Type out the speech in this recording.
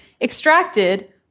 extracted